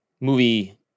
movie